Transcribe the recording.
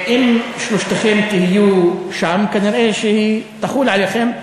אם שלושתכם תהיו שם, כנראה היא תחול עליכם.